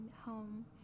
home